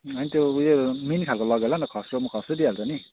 होइन त्यो उयो मिन खाल्को लग्यो होला नि खस्रोमा खस्रो दिइहाल्छु नि